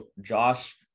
Josh